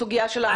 הסוגיה של העקר?